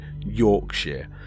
Yorkshire